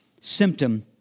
symptom